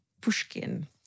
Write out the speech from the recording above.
Pushkin